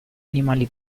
animali